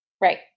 right